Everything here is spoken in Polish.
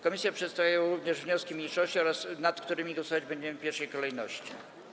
Komisje przedstawiają również wnioski mniejszości, nad którymi głosować będziemy w pierwszej kolejności.